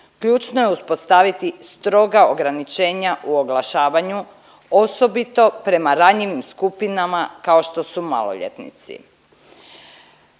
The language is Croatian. ključno je uspostaviti stroga ograničenja u oglašavanju, osobito prema ranjivim skupinama kao što su maloljetnici.